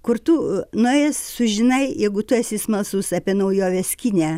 kur tu nuėjęs sužinai jeigu tu esi smalsus apie naujoves kine